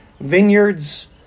vineyards